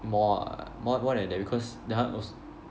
more ah more more than that because that one was